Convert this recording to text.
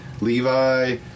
Levi